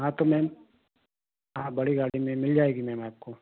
हाँ तो मैम हाँ बड़ी गाड़ी में मिल जाएगी मैम आपको